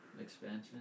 expansion